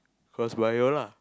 cause bio lah